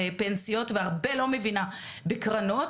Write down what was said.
בקרן.